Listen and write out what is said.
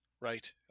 right